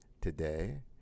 today